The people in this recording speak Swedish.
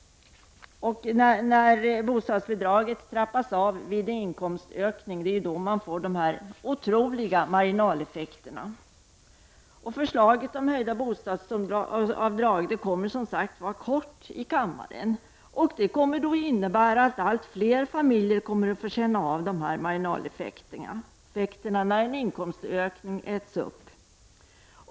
När bostadsbidraget trappas av vid inkomstökning får man de otroliga marginaleffekterna. Förslaget om höjda bostadsbidrag kommer, som sagt, inom kort att läggas fram i kammaren. Om förslaget genomförs kommer det att innebära att allt fler familjer kommer att få känna av marginaleffekter när en inkomstökning äts upp.